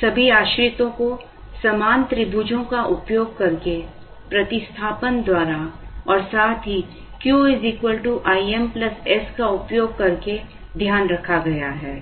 सभी आश्रितों को समान त्रिभुजों का उपयोग करके प्रतिस्थापन द्वारा और साथ ही Q I m s का उपयोग करके ध्यान रखा गया है